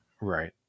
Right